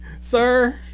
Sir